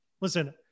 Listen